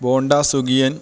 bonda സുഖിയൻ